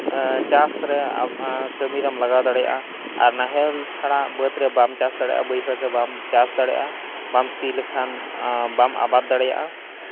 ᱪᱟᱥ ᱨᱮ ᱠᱟᱹᱢᱤ ᱨᱮᱢ ᱞᱟᱜᱟᱣ ᱫᱟᱲᱮᱭᱟᱜᱼᱟ ᱟᱨ ᱱᱟᱦᱮᱞ ᱪᱷᱟᱲᱟ ᱵᱟᱹᱫᱽᱨᱮ ᱵᱟᱢ ᱪᱟᱥ ᱫᱟᱲᱮᱭᱟᱜᱼᱟ ᱵᱟᱹᱭᱦᱟᱹᱲ ᱨᱮ ᱵᱟᱢ ᱪᱟᱥ ᱫᱟᱲᱮᱭᱟᱜᱼᱟ ᱵᱟᱢ ᱥᱤ ᱞᱮᱠᱷᱟᱱ ᱵᱟᱢ ᱟᱵᱟᱫ ᱫᱟᱲᱮᱭᱟᱜᱼᱟ